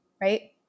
right